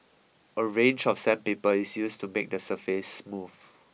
a range of sandpaper is used to make the surface smooth